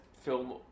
film